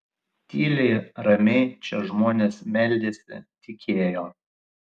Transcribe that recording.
tyliai ramiai čia žmonės meldėsi tikėjo